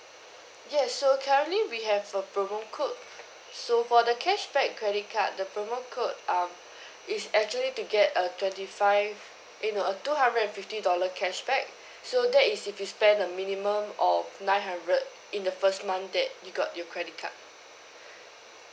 yes so currently we have a promo code so for the cashback credit card the promo code um it's actually to get a twenty five eh no a two hundred and fifty dollar cashback so that is if you spend a minimum of nine hundred in the first month that you got your credit card